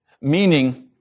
meaning